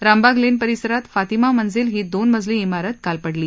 Rambagh lane परिसरात फातिमा मंझील ही दोन मजली इमारत काल पडली